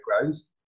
grows